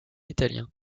italien